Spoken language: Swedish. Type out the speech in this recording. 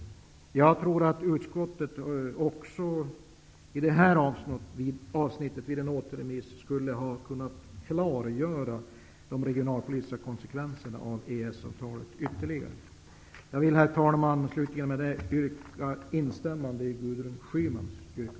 Men jag tror också att utskottet även i det här avsnittet vid en återremiss skulle ytterligare kunna klargöra de regionalpolitiska konsekvenserna av Herr talman! Jag instämmer i Gudrun Schymans yrkande.